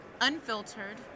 unfiltered